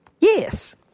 Yes